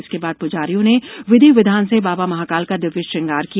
इसके बाद प्जारियों ने विधि विधान से बाबा महाकाल का दिव्य श्रंगार किया